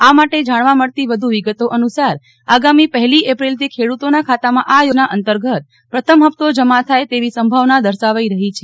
આ માટે જાણવા મળતી વધુ વિગતો અનુસાર આગામી પહેલી એપ્રિલથી ખેડૂતોના ખાતામાં આ યોજના અંતર્ગત પ્રથમ ફપ્તો જમા થાય તેવી સંભાવના દર્શાવાઈ રહી છે